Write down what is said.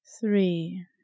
three